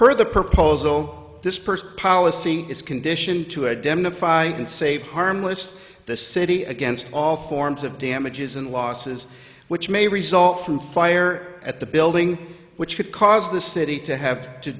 per the proposal dispersed policy is condition to identify and save harmless the city against all forms of damages and losses which may result from fire at the building which could cause the city to have to